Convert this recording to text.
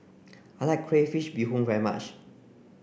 I like Crayfish Beehoon very much